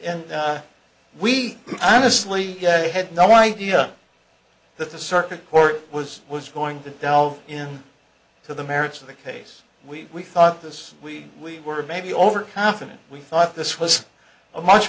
and we honestly had no idea that the circuit court was was going to delve in to the merits of the case and we thought this we were maybe overconfident we thought this was a much